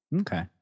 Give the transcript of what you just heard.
Okay